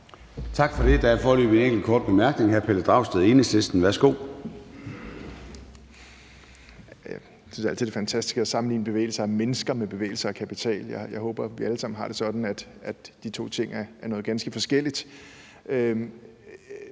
Tak for det. Der er foreløbig en enkelt kort bemærkning. Hr. Pelle Dragsted, Enhedslisten. Værsgo. Kl. 11:21 Pelle Dragsted (EL): Jeg synes altid, det er fantastisk at sammenligne bevægelse af mennesker med bevægelse af kapital. Jeg håber, vi alle sammen har det sådan, at de to ting er noget ganske forskelligt.